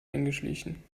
eingeschlichen